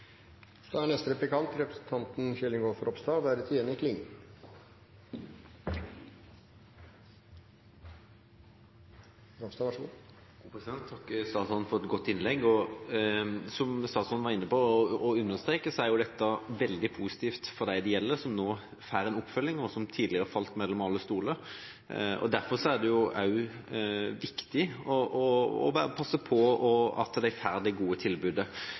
Jeg takker statsråden for et godt innlegg. Som statsråden var inne på og understreker, er dette veldig positivt for dem det gjelder, som nå får en oppfølging, og som tidligere falt mellom alle stoler. Derfor er det også viktig å passe på at de får et godt tilbud. Men så er det, som representanten Henriksen utfordrer statsråden på, et spørsmål til syvende og sist om ressurser. Samfunnet vil jo ha en viss besparelse i det